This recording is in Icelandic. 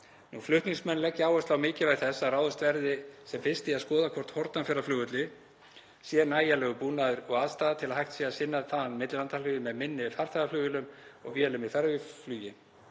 Flutningsmenn leggja áherslu á mikilvægi þess að ráðist verði sem fyrst í að skoða hvort á Hornafjarðarflugvelli sé nægjanlegur búnaður og aðstaða til að hægt sé að sinna þaðan millilandaflugi með minni farþegaflugvélum og vélum í ferjuflugi